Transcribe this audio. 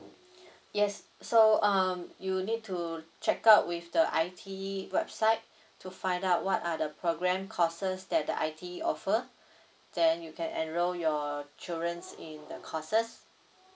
yes so uh you need to check out with the I_T website to find out what are the program courses that the I_T offer then you can enroll your childrens in the courses